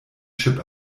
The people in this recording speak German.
chip